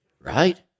right